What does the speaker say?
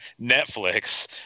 Netflix